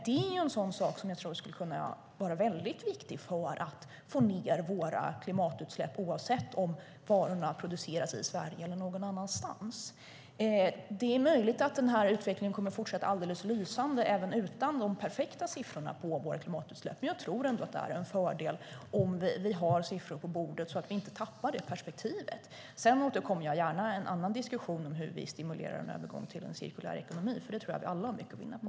Det är viktigt för att vi ska minska våra klimatutsläpp oavsett om varorna produceras i Sverige eller någon annanstans. Det är möjligt att utvecklingen kommer att fortsätta alldeles lysande även utan de perfekta siffrorna på våra klimatutsläpp. Men jag tror ändå att det är en fördel om vi har siffror på bordet så att vi inte tappar det perspektivet. Jag återkommer gärna i en annan diskussion om hur vi stimulerar övergången till en cirkulär ekonomi. Det har vi alla mycket att vinna på.